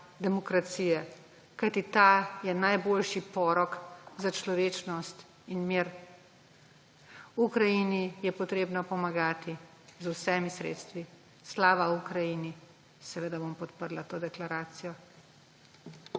demokracije, kajti ta je najboljši porok za človečnost in mir. Ukrajini je potrebno pomagati z vsemi sredstvi. Slava Ukrajini. Seveda bom podprla to deklaracijo.